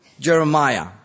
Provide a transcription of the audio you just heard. Jeremiah